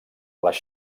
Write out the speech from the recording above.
les